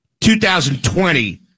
2020